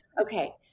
Okay